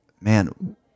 man